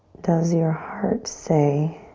does your heart say